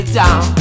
down